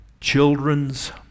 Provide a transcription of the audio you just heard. children's